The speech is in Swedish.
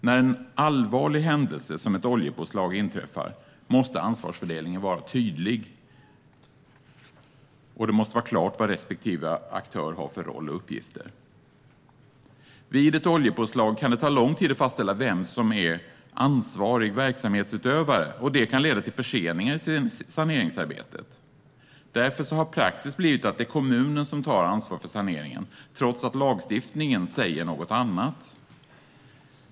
När en allvarlig händelse som ett oljepåslag inträffar måste ansvarsfördelningen vara tydlig, och det måste vara klart vad respektive aktör har för roll och uppgifter. Vid ett oljepåslag kan det ta lång tid att fastställa vem som är ansvarig verksamhetsutövare, och detta kan leda till förseningar i saneringsarbetet. Därför har praxis blivit att kommunen tar ansvar för saneringen trots att lagstiftningen säger något annat.